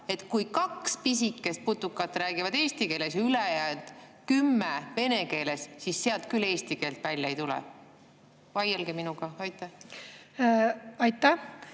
et kui kaks pisikest putukat räägivad eesti keeles ja ülejäänud kümme vene keeles, siis sealt küll eesti keelt välja ei tule. Vaielge minuga. Tänan,